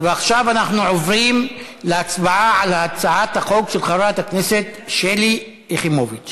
עכשיו אנחנו עוברים להצבעה על הצעת החוק של חברת הכנסת שלי יחימוביץ.